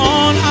on